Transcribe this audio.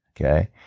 okay